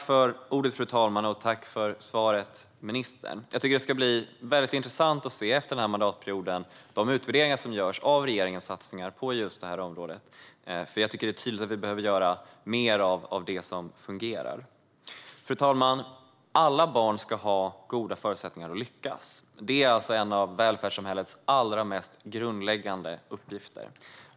Fru talman! Tack för svaret, ministern! Jag tycker att det ska bli väldigt intressant att efter denna mandatperiod se de utvärderingar som görs av regeringens satsningar på just detta område, för jag tycker att det är tydligt att vi behöver göra mer av det som fungerar. Fru talman! Alla barn ska ha goda förutsättningar att lyckas. Detta är en av välfärdssamhällets allra mest grundläggande uppgifter.